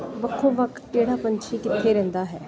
ਵੱਖੋ ਵੱਖ ਕਿਹੜਾ ਪੰਛੀ ਕਿੱਥੇ ਰਹਿੰਦਾ ਹੈ